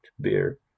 beer